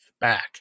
back